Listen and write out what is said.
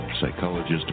psychologist